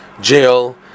jail